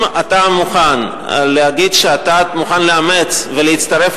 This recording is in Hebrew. אם אתה מוכן להגיד שאתה מוכן לאמץ ולהצטרף